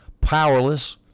powerless